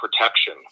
protection